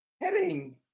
heading